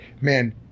man